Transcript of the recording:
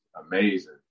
amazing